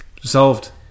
Solved